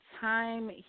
time